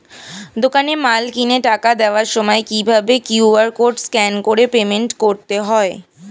দোকানে মাল কিনে টাকা দেওয়ার সময় কিভাবে কিউ.আর কোড স্ক্যান করে পেমেন্ট করতে হয়?